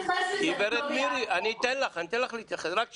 גברת מירי, אני אתן לך להתייחס, רק שאלה.